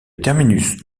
terminus